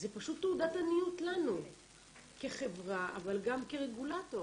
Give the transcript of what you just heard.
זה פשוט תעודת עניות לנו כחברה, אבל גם כרגולטור,